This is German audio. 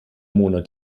monat